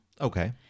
Okay